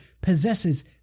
possesses